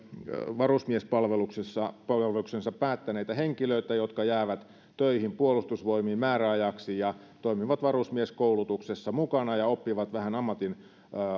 varusmiespalveluksensa päättäneitä henkilöitä jotka jäävät töihin puolustusvoimiin määräajaksi ja toimivat varusmieskoulutuksessa mukana ja oppivat vähän ammatin